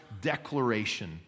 declaration